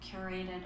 curated